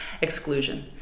exclusion